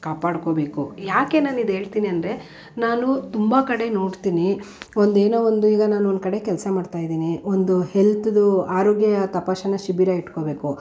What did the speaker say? ಕಾಪಾಡ್ಕೋಬೇಕು ಏಕೆ ನಾನು ಇದು ಹೇಳ್ತಿನೆಂದರೆ ನಾನು ತುಂಬ ಕಡೆ ನೋಡ್ತೀನಿ ಒಂದು ಏನೋ ಒಂದು ಈಗ ನಾನು ಒಂದು ಕಡೆ ಕೆಲಸ ಮಾಡ್ತಾಯಿದ್ದೀನಿ ಒಂದು ಹೆಲ್ತ್ದು ಆರೋಗ್ಯ ತಪಾಸಣಾ ಶಿಬಿರ ಇಟ್ಕೋಬೇಕು